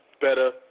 better